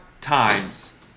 times